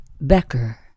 Becker